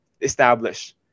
establish